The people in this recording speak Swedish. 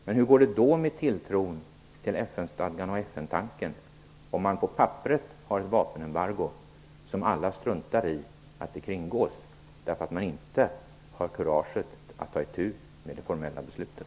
Men hur går det med tilltron till FN-stadgan och FN tanken om man på papperet har ett vapenembargo som alla struntar i? Det kringgås för att man inte har kurage att ta itu med det formella beslutet.